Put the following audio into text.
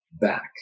back